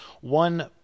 One